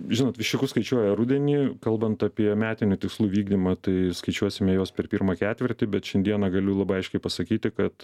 žinot viščiukus skaičiuoja rudenį kalbant apie metinių tikslų vykdymą tai skaičiuosime juos per pirmą ketvirtį bet šiandieną galiu labai aiškiai pasakyti kad